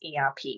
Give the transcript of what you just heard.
ERP